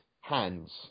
hands